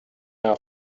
pair